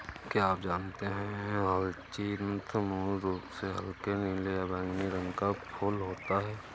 क्या आप जानते है ह्यचीन्थ मूल रूप से हल्के नीले या बैंगनी रंग का फूल होता है